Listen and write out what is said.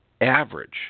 average